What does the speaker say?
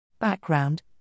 Background